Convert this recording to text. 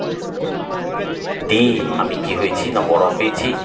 দিয়ে আমি কী হয়েছি না বড়ো হয়েছি